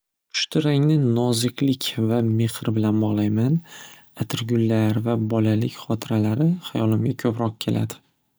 Pushti rangni noziklik va mehr bilan bog'layman atrgullar va bolalik xotiralari hayolimga ko'proq keladi.